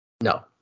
No